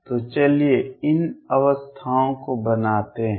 तो चलिए इन अवस्थाओं को बनाते हैं